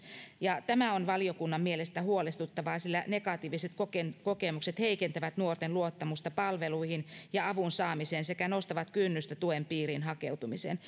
tämä on valiokunnan mielestä huolestuttavaa sillä negatiiviset kokemukset kokemukset heikentävät nuorten luottamusta palveluihin ja avun saamiseen sekä nostavat kynnystä tuen piiriin hakeutumisen